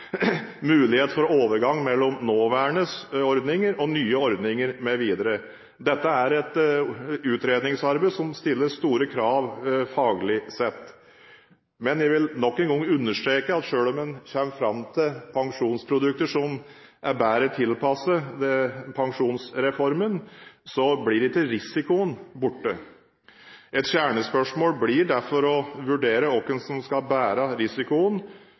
mulighet for overgang mellom nåværende ordninger og nye ordninger mv. Dette er et utredningsarbeid som stiller store krav faglig sett. Men jeg vil nok en gang understreke at selv om en kommer fram til pensjonsprodukter som er bedre tilpasset pensjonsreformen, blir ikke risikoen borte. Et kjernespørsmål blir derfor å vurdere hvem som skal bære risikoen,